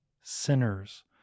sinners